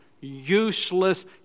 useless